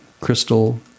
crystal